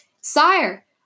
Sire